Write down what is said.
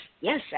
yes